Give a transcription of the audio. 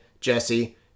Jesse